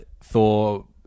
Thor